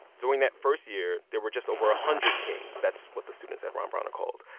during that first year, there were just over a hundred kings that's what the students at ron brown are called.